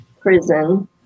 prison